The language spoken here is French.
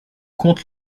compte